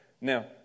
Now